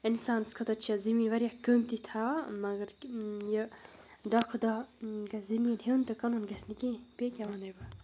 اِنسانَس خٲطرٕ چھِ زٔمیٖن واریاہ قۭمتی تھاوان مگر یہِ دۄہ کھۄ دۄہ گژھِ زٔمیٖن ہیوٚن تہٕ کٕنُن گژھِ نہٕ کینٛہہ بیٚیہِ کیٛاہ وَنَے بہٕ